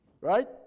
Right